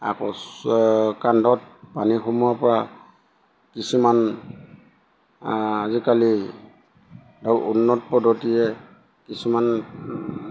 আকৌ চ কান্ধত পানী সোমোৱাৰ পৰা কিছুমান আজিকালি ধৰক উন্নত পদ্ধতিৰে কিছুমান